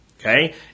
Okay